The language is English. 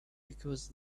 because